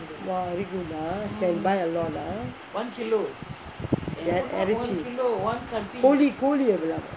!wah! very good ah can buy a lot ah இறைச்சி கோழி கோழி எவ்ளோ:iraichi kozhi kozhi evlo